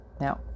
now